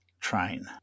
train